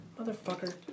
motherfucker